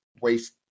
waste